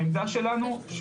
העמדה שלנו,